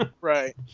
Right